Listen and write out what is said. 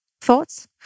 thoughts